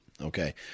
Okay